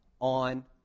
on